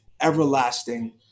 everlasting